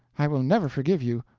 i will never forgive you.